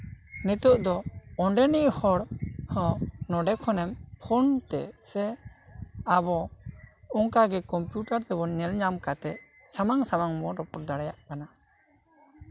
ᱱᱤᱛᱚᱜ ᱫᱚ ᱚᱰᱮᱱᱤᱡ ᱦᱚᱲ ᱦᱚᱸ ᱱᱚᱰᱮ ᱠᱷᱚᱱᱮᱢ ᱯᱷᱳᱱ ᱛᱮ ᱥᱮ ᱟᱵᱚ ᱚᱱᱠᱟᱜᱮ ᱠᱚᱢᱯᱤᱭᱩᱴᱟᱨ ᱛᱮᱵᱚᱱ ᱧᱮᱞ ᱧᱟᱢ ᱠᱟᱛᱮᱜ ᱥᱟᱢᱟᱝ ᱥᱟᱢᱟᱝ ᱵᱚᱱ ᱨᱚᱯᱚᱲ ᱫᱟᱲᱮᱭᱟᱜ ᱠᱟᱱᱟ